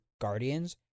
Guardians